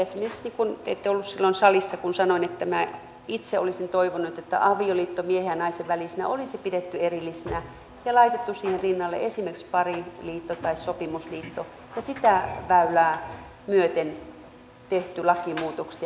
te ette ollut silloin salissa kun sanoin että minä itse olisin toivonut että avioliitto miehen ja naisen välisenä olisi pidetty erillisenä ja olisi laitettu siihen rinnalle esimerkiksi pariliitto tai sopimusliitto ja sitä väylää myöten tehty lakimuutoksia